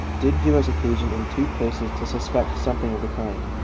did give us occasion in two places to suspect something of the kind.